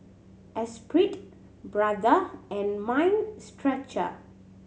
Espirit Brother and Mind Stretcher